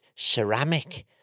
ceramic